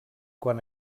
quan